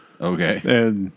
Okay